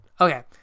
Okay